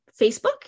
Facebook